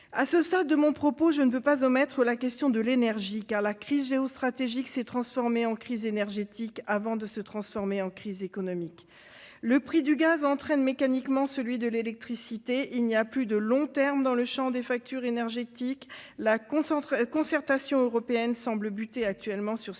de faire entendre sa voix. J'en viens à la question de l'énergie, car la crise géostratégique s'est transformée en crise énergétique, avant de se transformer en crise économique. L'augmentation du prix du gaz entraîne mécaniquement celle de l'électricité. Il n'y a plus de long terme dans le champ des factures énergétiques. La concertation européenne semble buter actuellement sur ces